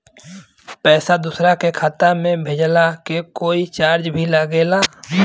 पैसा दोसरा के खाता मे भेजला के कोई चार्ज भी लागेला?